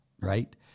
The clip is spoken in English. right